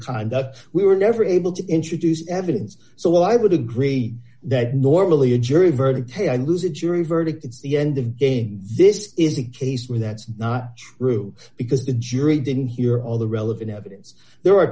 of we were never able to introduce evidence so i would agree that normally a jury verdict a i lose a jury verdict it's the end of being this is a case where that's not true because the jury didn't hear all the relevant evidence there are